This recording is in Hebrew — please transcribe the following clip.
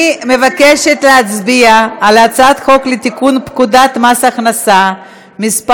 אני מבקשת להצביע על הצעת חוק לתיקון פקודת מס הכנסה (מס'